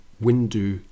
window